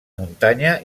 muntanya